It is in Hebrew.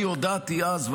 אני הודעתי אז,